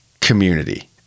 community